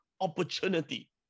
Opportunity